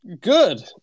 Good